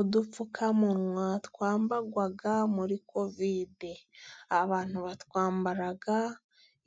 Udupfukamunwa twambarwaga muri kovide, abantu batwambara